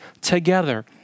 together